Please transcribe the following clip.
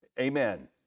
amen